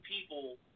people